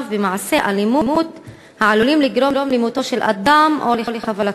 במעשי אלימות העלולים לגרום למותו של אדם או לחבלתו,